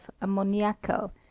ammoniacal